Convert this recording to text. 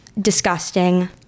disgusting